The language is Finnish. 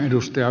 edustaja